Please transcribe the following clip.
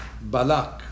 Balak